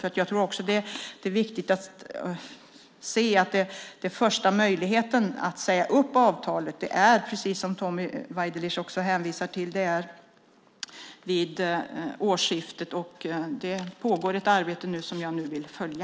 Jag tror också att det är viktigt att se att den första möjligheten att säga upp avtalet är vid årsskiftet, precis som Tommy Waidelich hänvisar till. Det pågår ett arbete nu som jag vill följa.